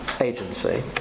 agency